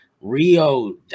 Rio